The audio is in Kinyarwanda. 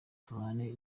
tubane